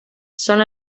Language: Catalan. són